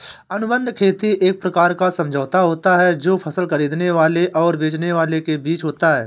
अनुबंध खेती एक प्रकार का समझौता होता है जो फसल खरीदने वाले और बेचने वाले के बीच होता है